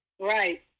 Right